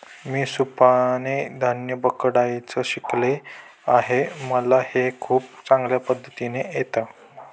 मी सुपाने धान्य पकडायचं शिकले आहे मला हे खूप चांगल्या पद्धतीने येत